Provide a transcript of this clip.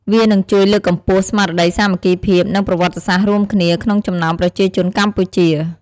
វានឹងជួយលើកកម្ពស់ ស្មារតីសាមគ្គីភាព និង ប្រវត្តិសាស្ត្ររួមគ្នា ក្នុងចំណោមប្រជាជនកម្ពុជា។